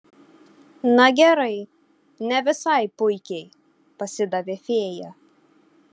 na gerai ne visai puikiai pasidavė fėja